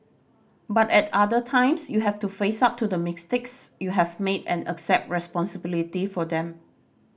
but at other times you have to face up to the mistakes you have made and accept responsibility for them